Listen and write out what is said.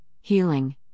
healing